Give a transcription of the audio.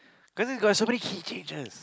cause it's got so many key changes